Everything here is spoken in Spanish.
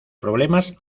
problemas